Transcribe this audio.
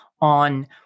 on